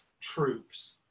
troops